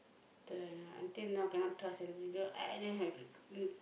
til now until now cannot trust anybody